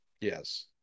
Yes